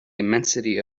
immensity